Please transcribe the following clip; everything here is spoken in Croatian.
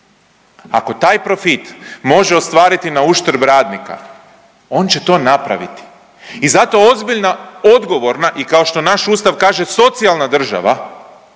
Ako taj profit može ostvariti na uštrb radnika on će to napraviti i zato ozbiljna, odgovorna i kao što naš Ustav kaže socijalna država